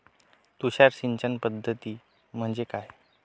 तुषार सिंचन पद्धती म्हणजे काय?